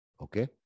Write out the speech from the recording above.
Okay